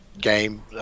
game